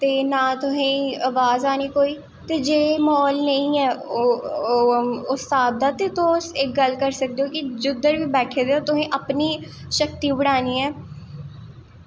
ते ना तुसें ई अवाज़ आनी कोई ते जे माल नेईं ऐ उस स्हाब दा ते तुस इक गल्ल करी सकदे हो कि जिद्धर बी बैठे दे हो तुसें अपनी शक्ति बढ़ानी ऐ